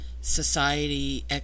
society